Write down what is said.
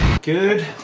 Good